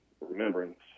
remembrance